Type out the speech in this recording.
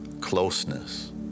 closeness